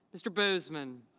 mr. boseman.